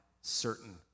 certain